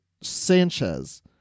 Sanchez